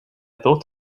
thought